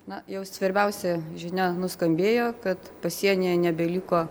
na jau svarbiausia žinia nuskambėjo kad pasienyje nebeliko